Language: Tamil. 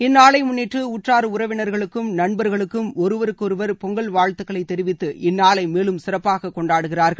இந்நாளை முன்னிட்டு உற்றார் உறவினா்களுக்கும் நண்பா்களுக்கும் ஒருவருக்கொருவர் பொங்கல் வாழ்த்துக்களை தெரிவித்து இந்நாளை மேலும் சிறப்பாக கொண்டாடுகிறார்கள்